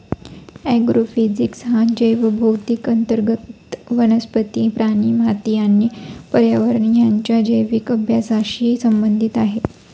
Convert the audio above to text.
agrophysics हा जैवभौतिकी अंतर्गत वनस्पती, प्राणी, माती आणि पर्यावरण यांच्या जैविक अभ्यासाशी संबंधित आहे